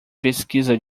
pesquisa